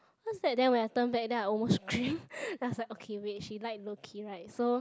cause back then then when I turned back then I almost scream I was like okay wait she like low key right so